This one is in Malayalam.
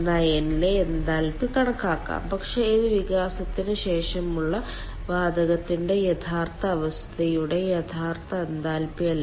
9 ലെ എൻതാൽപ്പി കണക്കാക്കാം പക്ഷേ ഇത് വികാസത്തിന് ശേഷമുള്ള വാതകത്തിന്റെ യഥാർത്ഥ അവസ്ഥയുടെ യഥാർത്ഥ എൻതാൽപ്പി അല്ല